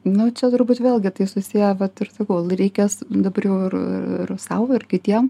nu čia turbūt vėlgi tai susiję vat ir sakau reikės dabar jau ir sau ir ir kitiem